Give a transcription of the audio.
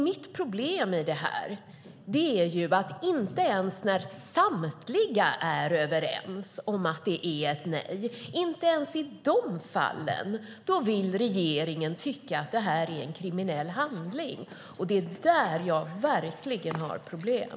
Mitt problem i detta är att inte ens i de fall när samtliga är överens om att det är ett nej vill regeringen tycka att det är en kriminell handling. Det är där jag verkligen har problem.